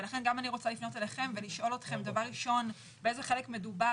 ולכן גם אני רוצה לפנות אליכם ולשאול אתכם דבר ראשון באיזה חלק מדובר?